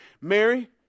Mary